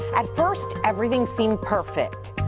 at first, everything seemed perfect.